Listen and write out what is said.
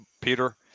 Peter